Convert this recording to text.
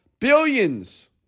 billions